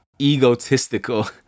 egotistical